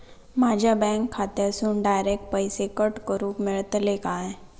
माझ्या बँक खात्यासून डायरेक्ट पैसे कट करूक मेलतले काय?